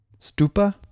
Stupa